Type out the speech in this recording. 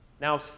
now